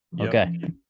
Okay